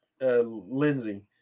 Lindsay